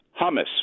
Hummus